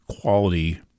quality